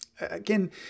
Again